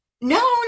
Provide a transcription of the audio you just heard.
No